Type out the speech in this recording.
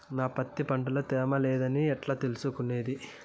నా పత్తి పంట లో తేమ లేదని ఎట్లా తెలుసుకునేది?